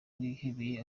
yihebeye